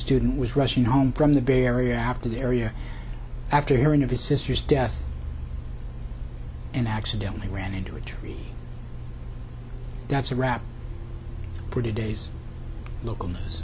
student was rushing home from the bay area after area after hearing of his sister's death and accidentally ran into a tree that's a wrap for today's local news